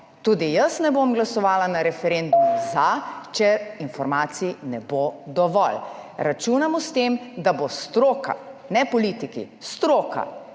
Tudi jaz ne bom glasovala na referendumu za, če informacij ne bo dovolj. Računamo s tem, da bo stroka, ne politiki, stroka